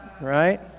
right